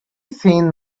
seen